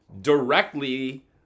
directly